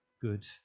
good